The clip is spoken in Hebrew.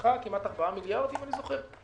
ולקחה כמעט 4 מיליארד שקלים,